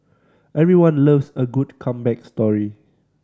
everyone loves a good comeback story